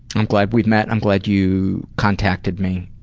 i'm glad we met. i'm glad you contacted me,